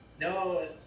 no